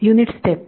unit step